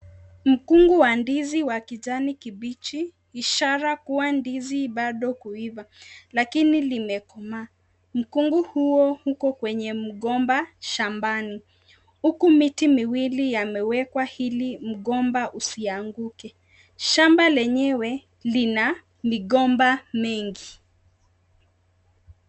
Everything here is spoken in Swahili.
Mkungu wa ndizi kijani kibichi ishara kuwa ndizi bado kuiva lakini limekomaa. Mkungu huo uko kwenye mgomba shambani, huku miti miwili imewekwa ili mgomba usianguke. Shamba lenyewe lina migomba mingi.